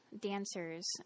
dancers